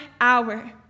hour